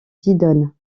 didonne